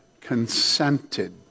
consented